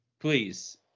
Please